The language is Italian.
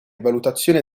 valutazione